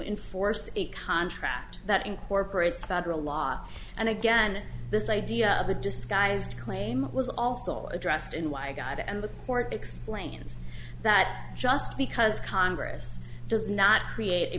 enforce a contract that incorporates federal law and again this idea of a disguised claim was also addressed in why god and the court explains that just because congress does not create a